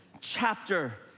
chapter